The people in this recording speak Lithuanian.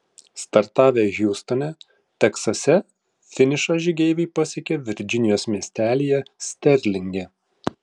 startavę hjustone teksase finišą žygeiviai pasiekė virdžinijos miestelyje sterlinge